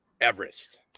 Everest